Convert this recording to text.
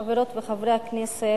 חברות וחברי הכנסת,